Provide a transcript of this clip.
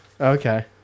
Okay